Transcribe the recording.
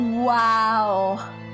wow